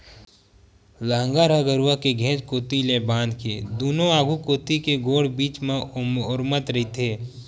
लांहगर ह गरूवा के घेंच कोती ले बांध के दूनों आघू कोती के गोड़ के बीच म ओरमत रहिथे